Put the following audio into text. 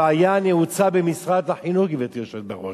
הבעיה נעוצה במשרד החינוך, גברתי היושבת בראש.